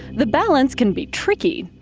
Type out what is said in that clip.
the balance can be tricky.